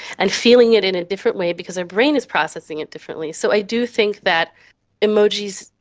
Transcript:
and feeling it in a different way because our brain is processing it differently. so i do think that emojis,